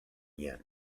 yen